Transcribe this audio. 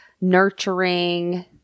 nurturing